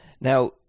Now